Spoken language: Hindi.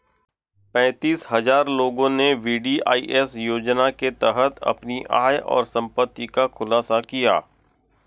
पेंतीस हजार लोगों ने वी.डी.आई.एस योजना के तहत अपनी आय और संपत्ति का खुलासा किया